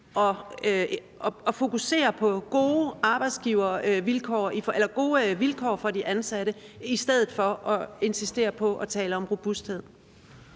at fokusere på gode vilkår for de ansatte i stedet for at insistere på at tale om robusthed?